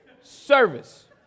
service